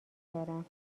دارم